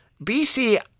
BC